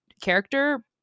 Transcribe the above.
character